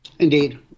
Indeed